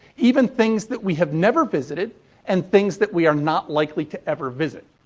even things that we have never visited and things that we are not likely to ever visit.